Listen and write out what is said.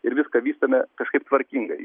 ir viską vystome kažkaip tvarkingai